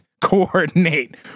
coordinate